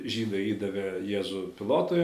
žydai įdavė jėzų pilotui